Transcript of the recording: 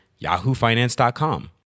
yahoofinance.com